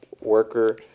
worker